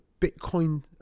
Bitcoin